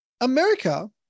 America